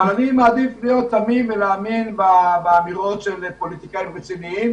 אבל אני מעדיף להאמין לפוליטיקאים רציניים